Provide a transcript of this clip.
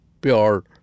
pure